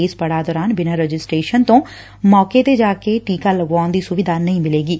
ਇਸ ਪੜਾਅ ਦੌਰਾਨ ਬਿਨਾਂ ਰਜਿਸਟਰੇਸ਼ਨ ਤੋਂ ਮੌਕੇ ਤੇ ਜਾ ਕੇ ਟੀਕਾ ਲਗਵਾਉਣ ਦੀ ਸੁਵਿਧਾ ਨਹੀਂ ਮਿਲੇਗੀ